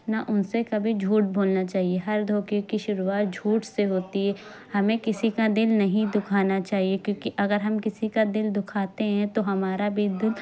نہ ان سے کبھی جھوٹ بولنا چاہیے ہر دھوکے کی شروعات جھوٹ سے ہوتی ہے ہمیں کسی کا دل نہیں دکھانا چاہیے کیوںکہ اگر ہم کسی کا دل دکھاتے ہیں تو ہمارا بھی دل